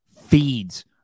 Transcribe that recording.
feeds